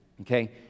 Okay